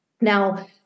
Now